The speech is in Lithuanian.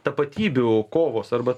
tapatybių kovos arba